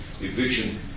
eviction